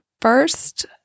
First